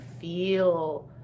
feel